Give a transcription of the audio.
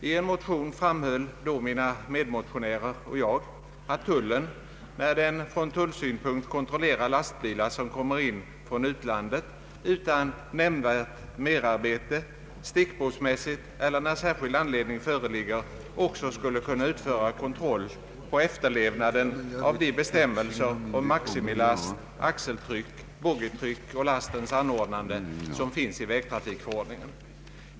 I en motion framhöll då mina medmotionärer och jag att tullen, när den från tullsynpunkt kontrollerar lastbilar som kommer in från utlandet, utan nämnvärt merarbete — stickprovsmässigt eller där särskild anledning föreligger — också skulle kunna utföra kontroll på efterlevnaden av de bestämmelser om maximilast, axeltryck, boggietryck och lastens anordnande som finns i vägtrafikförordningen.